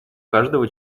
каждого